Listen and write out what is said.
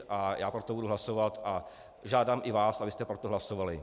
a já pro to budu hlasovat a žádám i vás, abyste pro to hlasovali.